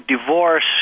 divorce